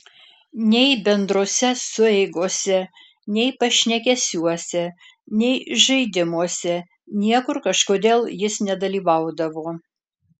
nei bendrose sueigose nei pašnekesiuose nei žaidimuose niekur kažkodėl jis nedalyvaudavo